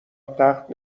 تخت